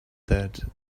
that